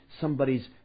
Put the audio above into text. somebody's